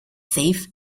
thief